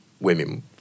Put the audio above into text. women